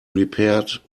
repaired